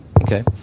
Okay